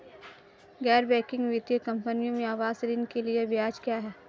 गैर बैंकिंग वित्तीय कंपनियों में आवास ऋण के लिए ब्याज क्या है?